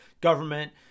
government